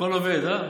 הכול עובד, אה,